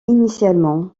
initialement